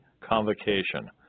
convocation